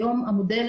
היום המודל,